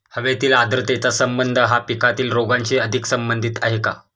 हवेतील आर्द्रतेचा संबंध हा पिकातील रोगांशी अधिक संबंधित आहे का?